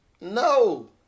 No